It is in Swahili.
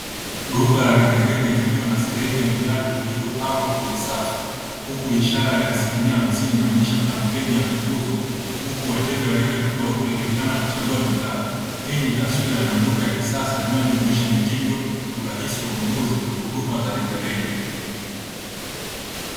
Duka la rejareja likiwa na sehemu ya viatu vilivyopangwa kwenye safu, huku ishara ya asilimia hamsini inaonyesha kampeni ya punguzo; huku wateja wa rika tofauti wakionekana kuchagua bidhaa. Hii ni taswira ya maduka ya kisasa yanayojumuisha mitindo, urahisi wa ununuzi na huduma za rejareja.